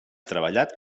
treballat